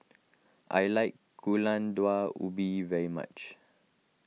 I like Gulai Daun Ubi very much